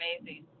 amazing